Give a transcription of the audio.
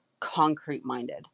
concrete-minded